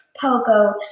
Poco